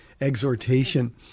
exhortation